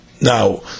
Now